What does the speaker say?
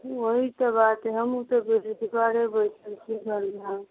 वही तऽ बात हइ हमहूँ तऽ बेरोजगारे बैसल छी घरमे